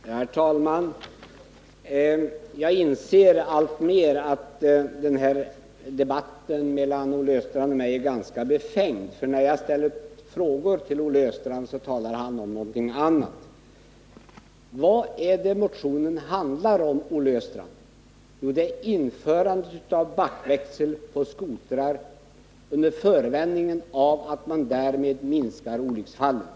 Herr talman! Jag inser alltmer att debatten mellan Olle Östrand och mig är ganska befängd, för när jag ställer frågor till Olle Östrand så talar han om någonting annat. Vad är det motionen handlar om, Olle Östrand? Jo, det är införande av backväxel på skotrar under den förevändningen att man därmed minskar olycksfallen.